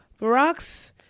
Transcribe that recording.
Baracks